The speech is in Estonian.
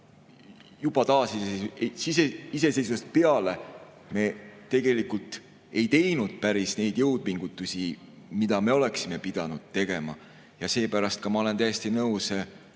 juba taasiseseisvumisest peale tervikuna me ei teinud päris neid jõupingutusi, mida me oleksime pidanud tegema. Seepärast ma olen täiesti nõus